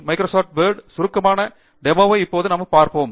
Microsoft Word சுருக்கமான டெமோவை இப்போது நாம் பார்க்கிறோம்